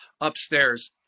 upstairs